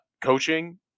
coaching